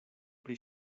pri